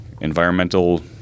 environmental